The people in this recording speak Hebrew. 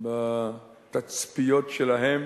בתצפיות שלהם